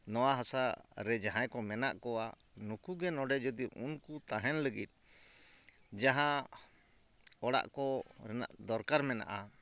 ᱱᱚᱣᱟ ᱦᱟᱥᱟ ᱨᱮ ᱡᱟᱦᱟᱸᱭ ᱠᱚ ᱢᱮᱱᱟᱜ ᱠᱚᱣᱟ ᱱᱩᱠᱩᱜᱮ ᱱᱚᱰᱮ ᱡᱩᱫᱤ ᱩᱱᱠᱩ ᱛᱟᱦᱮᱱ ᱞᱟᱜᱤᱫ ᱡᱟᱦᱟᱸ ᱚᱲᱟᱜ ᱠᱚ ᱨᱮᱱᱟᱜ ᱫᱚᱨᱠᱟᱨ ᱢᱮᱱᱟᱜᱼᱟ